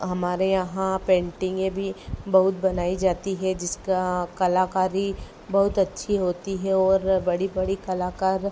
हमारे यहाँ पेंटिंगें भी बहुत बनाई जाती है जिसका कलाकारी बहुत अच्छी होती है और बड़ी बड़ी कलाकार